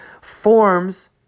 forms